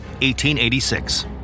1886